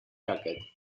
jacket